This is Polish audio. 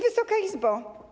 Wysoka Izbo!